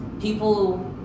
People